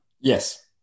Yes